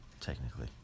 Technically